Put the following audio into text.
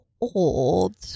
old